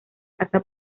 casa